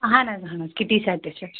اَہَن حظ اَہَن حظ کِٹی سیٚٹ تہِ چھُ اَسہِ